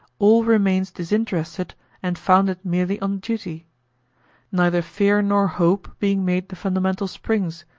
all remains disinterested and founded merely on duty neither fear nor hope being made the fundamental springs,